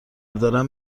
دارن